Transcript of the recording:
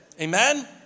Amen